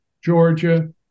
Georgia